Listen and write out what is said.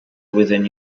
within